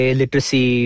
literacy